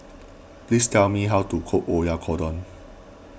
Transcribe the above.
please tell me how to cook Oyakodon